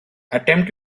attempts